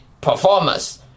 performance